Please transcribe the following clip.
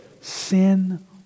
sin